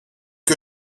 que